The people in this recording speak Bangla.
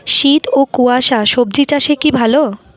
শীত ও কুয়াশা স্বজি চাষে কি ভালো?